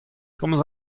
komz